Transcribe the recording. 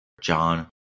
John